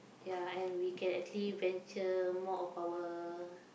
ya and we can actually venture more of our